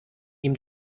ihm